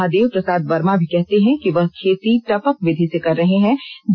किसान महादेव प्रसाद वर्मा भी कहते हैं कि वह खेती टपक विधि से कर रहे हैं